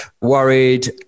worried